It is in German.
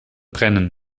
brennen